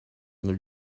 your